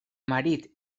marit